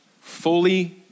Fully